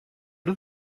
did